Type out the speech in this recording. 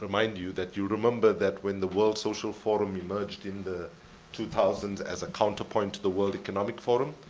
remind you that you remember that when the world social forum emerged in the two thousand s as a counterpoint to the world economic forum,